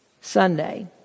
Sunday